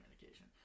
medication